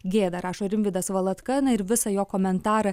gėda rašo rimvydas valatka na ir visą jo komentarą